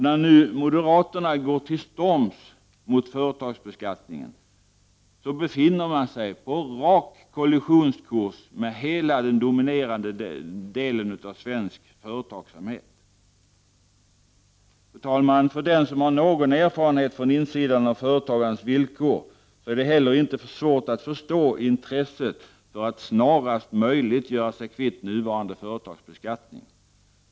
När moderaterna nu går till storms mot företagsbeskattningen befinner de sig på rak kollisionskurs mot den helt dominernade delen av svensk företagsamhet. Fru talman! För den som från insidan har någon erfarenhet av företagandets villkor är det inte heller svårt att förstå intresset för att snarast möjligt göra sig kvitt nuvarande företagsbeskattning.